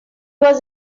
was